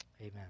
Amen